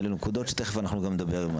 אלה נקודות שתכף אנחנו נדבר.